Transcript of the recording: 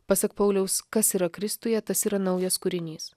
pasak pauliaus kas yra kristuje tas yra naujas kūrinys